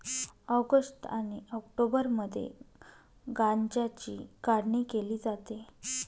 August आणि ऑक्टोबरमध्ये गांज्याची काढणी केली जाते